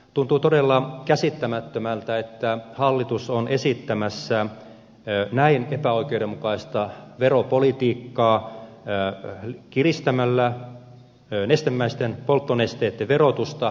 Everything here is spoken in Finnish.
tuntuu todella käsittämättömältä että hallitus on esittämässä näin epäoikeudenmukaista veropolitiikkaa kiristämällä nestemäisten polttonesteitten verotusta